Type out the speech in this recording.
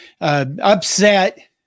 Upset